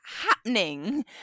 happening